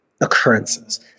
occurrences